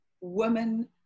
women